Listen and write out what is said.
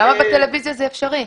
למה בטלוויזיה זה אפשרי?